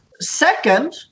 Second